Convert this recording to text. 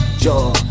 Yo